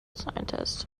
scientist